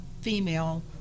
female